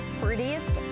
prettiest